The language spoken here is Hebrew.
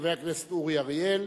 חבר הכנסת אורי אריאל,